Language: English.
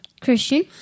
Christian